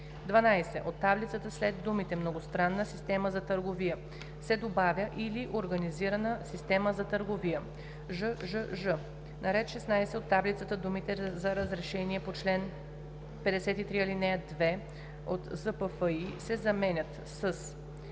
12 от таблицата след думите „многостранна система за търговия“ се добавя „или организирана система за търговия“; жжж) на ред 16 от таблицата думите „за разрешение по чл. 53, ал. 2 ЗПФИ“ се заменят със